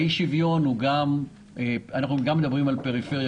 באי-שוויון אנחנו מדברים גם על פריפריה